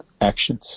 actions